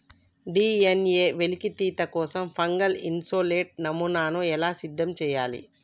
DNA వెలికితీత కోసం fungal isolate నమూనాను ఎలా సిద్ధం చెయ్యాలి?